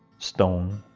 stone,